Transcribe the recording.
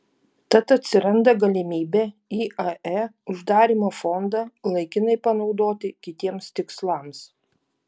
tad atsiranda galimybė iae uždarymo fondą laikinai panaudoti kitiems tikslams